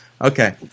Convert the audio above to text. Okay